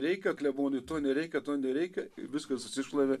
reikia klebonui to nereikia to nereikia viskas susišlavė